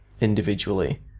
individually